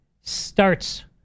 starts